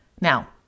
Now